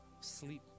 sleep